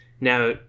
Now